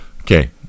Okay